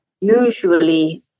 usually